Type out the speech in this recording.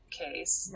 case